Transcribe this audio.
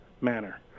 manner